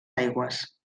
aigües